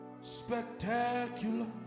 spectacular